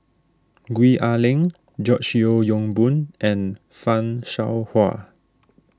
Gwee Ah Leng George Yeo Yong Boon and Fan Shao Hua